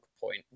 point